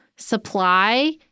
supply